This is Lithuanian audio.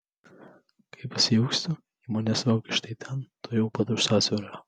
kai pasiilgstu ji manęs laukia štai ten tuojau pat už sąsiaurio